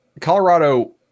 Colorado